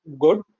good